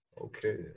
Okay